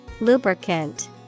lubricant